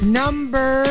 number